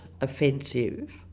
offensive